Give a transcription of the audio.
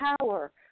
power